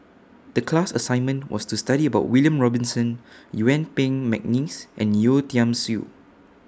The class assignment was to study about William Robinson Yuen Peng Mcneice and Yeo Tiam Siew